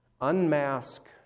unmask